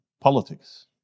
politics